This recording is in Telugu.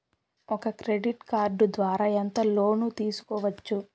ఒక క్రెడిట్ కార్డు ద్వారా ఎంత లోను తీసుకోవచ్చు?